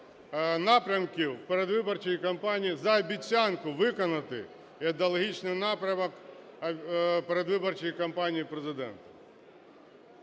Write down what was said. напрямків передвиборчої кампанії, за обіцянку виконати ідеологічний напрямок передвиборчої кампанії Президента.